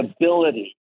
ability